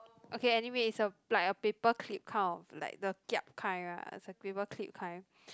okay anyway it's a like a paperclip kind of like the kiap kind ah it's a paperclip kind